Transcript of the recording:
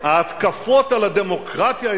ההתקפות על הדמוקרטיה הישראלית.